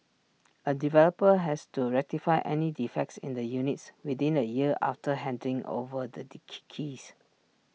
A developer has to rectify any defects in the units within A year after handing over the keys